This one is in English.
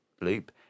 loop